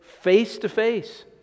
face-to-face